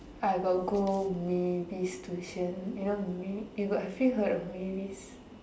I got go Mavis tuition you know you got see her Mavis